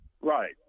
Right